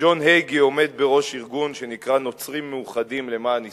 ג'ון הייגי עומד בראש ארגון שנקרא "נוצרים מאוחדים למען ישראל",